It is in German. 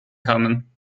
kamen